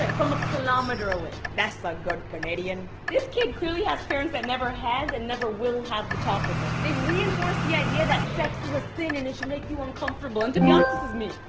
like from a kilometer away. that's a ah good canadian. this kid clearly has parents that never has and never will have the talk with them. they've reinforced the idea that sex is a sin and it should make you uncomfortable. and to be honest, this is me.